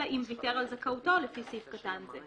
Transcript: אלא אם ויתר על זכאותו לפי סעיף קטן זה.